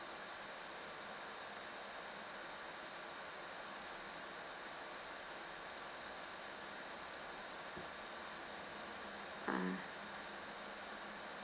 ah